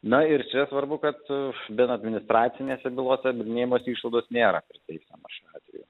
na ir čia svarbu kad ben administracinėse bylose bylinėjimosi išlaidos nėra priteisiamos šiuo atveju